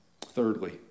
thirdly